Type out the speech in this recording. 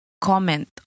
comment